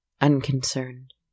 unconcerned